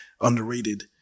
underrated